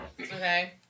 Okay